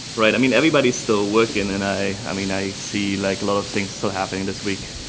right. i mean everybody's still working and i, i mean i see like lots of things still happening this week.